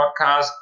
podcast